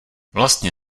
vlastně